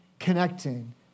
Connecting